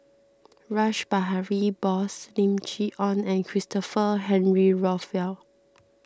Rash Behari Bose Lim Chee Onn and Christopher Henry Rothwell